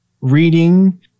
reading